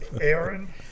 Aaron